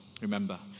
remember